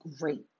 great